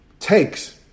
Takes